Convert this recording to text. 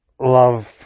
love